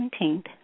17th